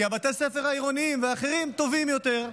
כי בתי הספר העירוניים והאחרים טובים יותר.